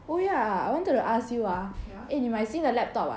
oh ya I wanted to ask you ah eh 你买新的 laptop ah